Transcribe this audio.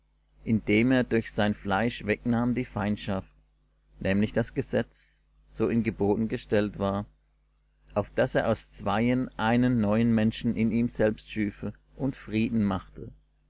indem er durch sein fleisch wegnahm die feindschaft nämlich das gesetz so in geboten gestellt war auf daß er aus zweien einen neuen menschen in ihm selber schüfe und frieden machte